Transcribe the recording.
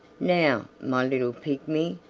now, my little pigmy,